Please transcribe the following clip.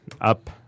up